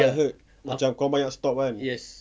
ya I heard macam korang banyak stop kan